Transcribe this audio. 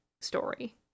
story